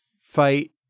fight